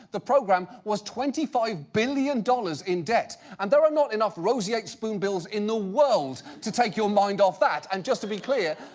the program was twenty five billion dollars in debt, and there are not enough roseate spoonbills in the world to take your mind off that, and just to be clear,